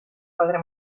padre